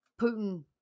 Putin